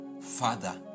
Father